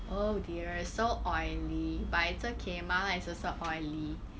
oh dear it's so oily but it's okay 麻辣 is also oily